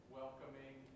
welcoming